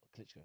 Klitschko